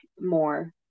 more